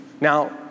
Now